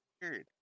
Period